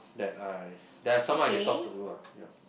that I that I someone I can talk to do lah ya